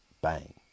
bang